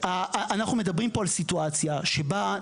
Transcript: אנחנו מדברים פה על סיטואציה שבה,